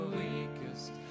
weakest